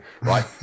Right